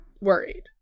worried